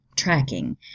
Tracking